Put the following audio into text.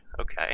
Okay